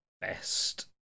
best